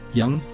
yang